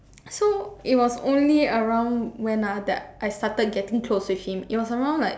so it was only around when ah that I started getting close with him it was around like